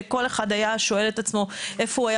אני חושבת שכל אחד היה שואל את עצמו איפה הוא היה